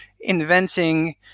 inventing